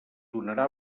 donarà